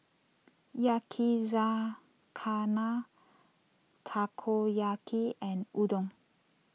Yakizakana Takoyaki and Udon